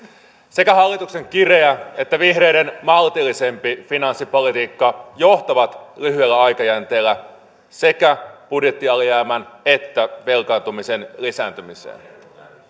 sekä hallituksen kireä että vihreiden maltillisempi finanssipolitiikka johtavat lyhyellä aikajänteellä sekä budjettialijäämän että velkaantumisen lisääntymiseen